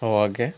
oh okay